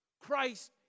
Christ